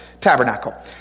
tabernacle